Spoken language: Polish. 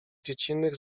dziecinnych